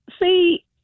See